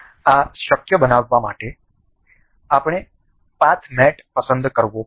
આ શક્ય બનાવવા માટે આપણે પાથ મેટ પસંદ કરવો પડશે